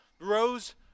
rose